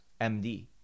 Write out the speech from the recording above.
MD